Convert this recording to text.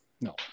No